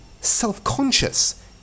self-conscious